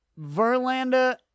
Verlander